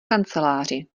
kanceláři